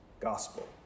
Gospel